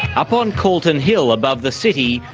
up on calton hill above the city,